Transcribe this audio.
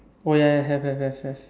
oh ya ya have have have have